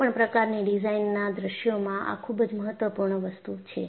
કોઈપણ પ્રકાર ની ડિઝાઇન નાં દૃશ્યોમાં આ ખૂબ જ મહત્વપૂર્ણ વસ્તુ છે